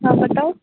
हॅं बताउ